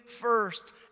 first